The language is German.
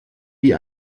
wie